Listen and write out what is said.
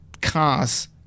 cars